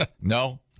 no